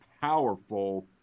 powerful